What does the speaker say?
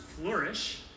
flourish